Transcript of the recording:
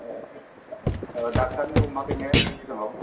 औ डक्टरनि हमाखै ने सिगाङाव